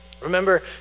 Remember